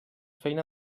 feina